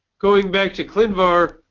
going back to clinvar,